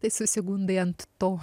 tai susigundai ant to